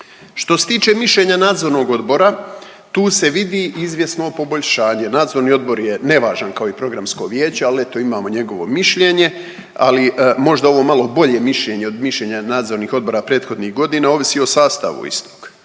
Što se tiče mišljenja nadzornog odbora tu se vidi izvjesno poboljšanje. Nadzorni odbor je nevažan kao i programsko vijeće ali eto imamo njegovo mišljenje, ali možda ovo malo bolje mišljenje od mišljenja nadzornih odbora prethodnih godina ovisi o sastavu istog.